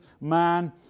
man